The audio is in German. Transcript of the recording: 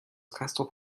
castrop